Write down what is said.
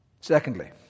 Secondly